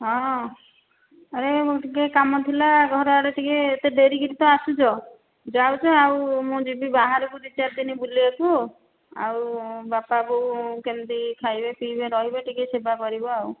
ହଁ ଆରେ ମୋର ଟିକେ କାମ ଥିଲା ଘରଆଡ଼େ ଟିକେ ଏତେ ଡେରି କରିକି ତ ଆସୁଛ ଯାଉଛ ମୁଁ ଯିବି ବାହାରକୁ ଦୁଇ ଚାରି ଦିନ ବୁଲିବାକୁ ଆଉ ବାପା ବୋଉ କେମିତି ଖାଇବେ ପିଇବେ ରହିବେ ଟିକେ ସେବା କରିବ ଆଉ